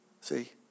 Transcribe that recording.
See